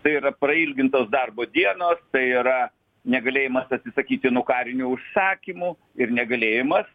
tai yra prailgintos darbo dienos tai yra negalėjimas atsisakyti nuo karinių užsakymų ir negalėjimas